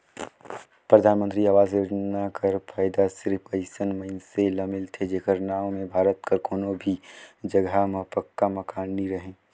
परधानमंतरी आवास योजना कर फएदा सिरिप अइसन मइनसे ल मिलथे जेकर नांव में भारत कर कोनो भी जगहा में पक्का मकान नी रहें